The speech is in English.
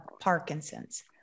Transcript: Parkinson's